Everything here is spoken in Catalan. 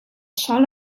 sol